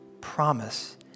promise